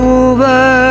over